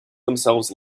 themselves